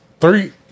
Three